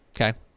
okay